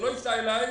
שלא ייסע אלי,